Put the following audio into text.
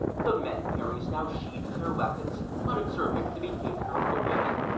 the men-fairies now sheathed their weapons on observing the behaviour of their women,